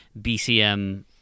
BCM